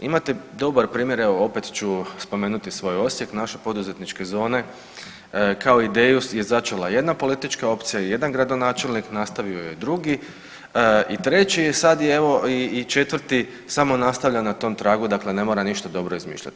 Imate dobar primjer evo opet ću spomenuti svoj Osijek, naše poduzetničke zone kao ideju je začela jedna politička opcija, jedan gradonačelnik nastavio je drugi i treći i sad je evo i četvrti samo nastavlja na tom tragu, dakle ne mora ništa dobro izmišljat.